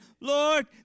Lord